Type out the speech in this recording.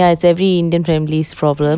ya it's every indian families problem